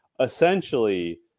essentially